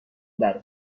درو